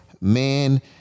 Man